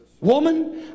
woman